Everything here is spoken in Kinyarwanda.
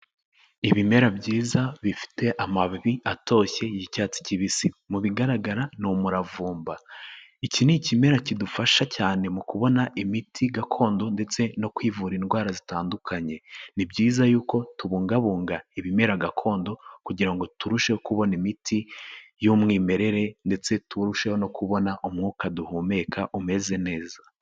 Ibimera byiza, bifite amababi atoshye y'icyatsi kibisi. Mu bigaragara ni umuravumba. Iki ni ikimera kidufasha cyane mu kubona imiti gakondo, ndetse no kwivura indwara zitandukanye. Ni byiza yuko tubungabunga ibimera gakondo, kugira ngo turusheho kubona imiti y'umwimerere, ndetse turusheho no kubona umwuka duhumeka, umeze neza.